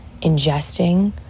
ingesting